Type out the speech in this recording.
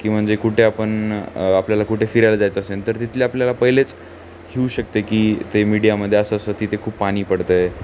की म्हणजे कुठे आपण आपल्याला कुठे फिरायला जायचं असेल तर तिथले आपल्याला पहिलेच होऊ शकते की ते मीडियामध्ये असं असं ती ते खूप पाणी पडतं आहे